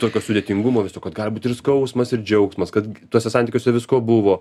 tokio sudėtingumo viso kad gali būt ir skausmas ir džiaugsmas kad tuose santykiuose visko buvo